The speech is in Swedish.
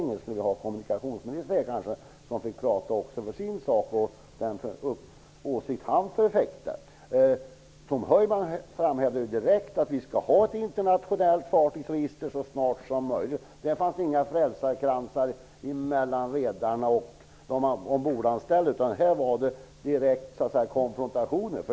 Kanske vi skulle ha haft kommunikationsministern här i kammaren? Kommunikationsministern skulle då ha kunnat prata för den åsikt som han förfäktar. Tom Heyman framhävde direkt att Sverige skall ha ett internationellt fartygsregister så snart som möjligt. Det fanns inga frälsarkransar mellan redare och de anställda ombord, utan här handlade det om ren konfrontation.